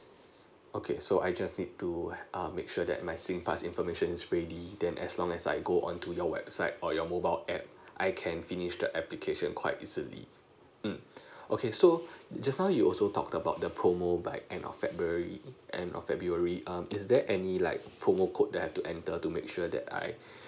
okay so I just need to um make sure that my singpass information is ready then as long as I go onto your website or your mobile app I can finish the application quite easily um okay so just now you also talked about the promo like end of february end of february um is there any like promo code that I have to enter to make sure that I